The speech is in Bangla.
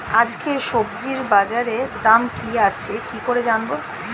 আজকে সবজি বাজারে দাম কি আছে কি করে জানবো?